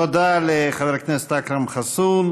תודה לחבר הכנסת אכרם חסון.